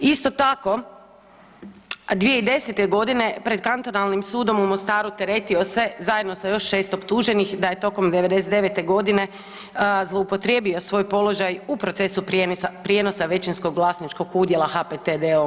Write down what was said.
Isto tako, 2010. godine pred kantonalnim sudom u Mostaru teretio se zajedno sa još 6 optuženih da je tokom '99. godine zloupotrijebio svoj položaj u procesu prijenosa većinskog vlasničkog udjela HPT d.o.o.